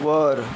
वर